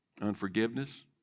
Unforgiveness